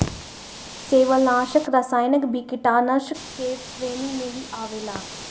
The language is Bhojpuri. शैवालनाशक रसायन भी कीटनाशाक के श्रेणी में ही आवेला